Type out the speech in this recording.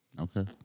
Okay